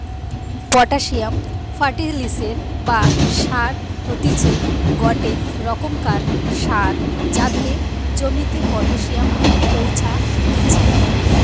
potassium ফার্টিলিসের বা সার হতিছে গটে রোকমকার সার যাতে জমিতে পটাসিয়াম পৌঁছাত্তিছে